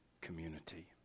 community